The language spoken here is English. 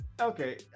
Okay